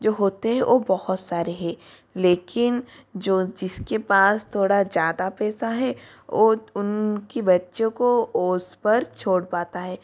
जो होते हैं वो बहु सारे हैं लेकिन जो जिसके पास थोड़ा ज़्यादा पैसा है वो उनके बच्चों को उस पर छोड़ पाता है